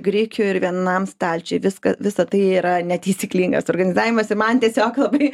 grikių ir vienam stalčiuj viską visa tai yra netaisyklingas organizavimas ir man tiesiog labai